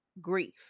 grief